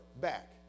back